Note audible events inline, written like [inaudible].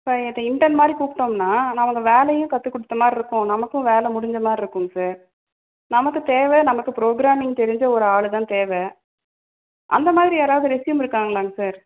sir [unintelligible] intern மாதிரி கூப்பிட்டோம்னா நாம அந்த வேலையும் கத்து கொடுத்தமாரியும் இருக்கும் நமக்கும் வேலை முடிஞ்ச மாதிரி இருக்குங்க சார் நமக்கு தேவை நமக்கு ப்ரோகிராமிங் தெரிஞ்ச ஒரு ஆள் தான் தேவை அந்தமாதிரி யாராவது ரெஸ்யூம் இருக்காங்களாங்க சார்